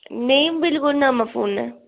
नेईं बिल्कुल नमां फोन ऐ